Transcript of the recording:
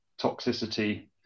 toxicity